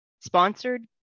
sponsored